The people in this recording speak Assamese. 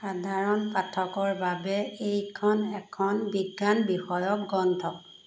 সাধাৰণ পাঠকৰ বাবে এইখন এখন বিজ্ঞান বিষয়ক গ্ৰন্থ